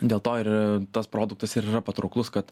dėl to ir tas produktas ir yra patrauklus kad